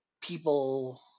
people